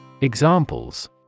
Examples